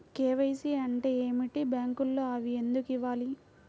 KYC అంటే ఏమిటి? బ్యాంకులో అవి ఎందుకు ఇవ్వాలి?